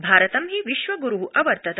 भारतं हि विश्वगुरू अवर्तत